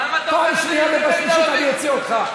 למה אתה עושה, שב במקומך.